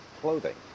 clothing